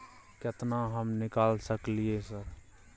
केतना हम निकाल सकलियै सर?